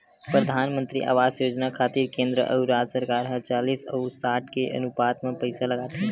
परधानमंतरी आवास योजना खातिर केंद्र अउ राज सरकार ह चालिस अउ साठ के अनुपात म पइसा लगाथे